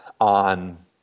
on